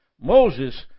Moses